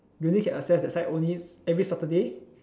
we only can access that side only every Saturday